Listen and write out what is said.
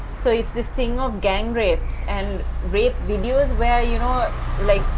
so it's this thing of gang rapes and rape videos where you know like,